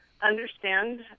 understand